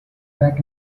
back